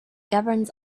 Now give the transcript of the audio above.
governs